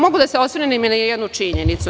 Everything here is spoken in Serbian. Mogu da se osvrnem na jednu činjenicu.